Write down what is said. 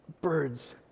Birds